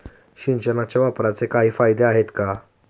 सिंचनाच्या वापराचे काही फायदे आहेत का?